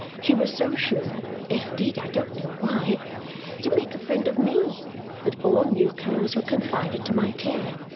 she was so sure indeed i don't know why to make a friend of me that all new-comers were confided to my care.